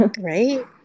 right